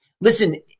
Listen